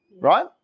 right